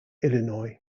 illinois